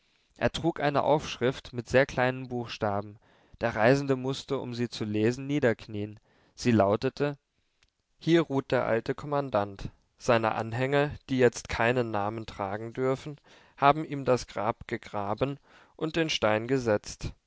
er trug eine aufschrift mit sehr kleinen buchstaben der reisende mußte um sie zu lesen niederknien sie lautete hier ruht der alte kommandant seine anhänger die jetzt keinen namen tragen dürfen haben ihm das grab gegraben und den stein gesetzt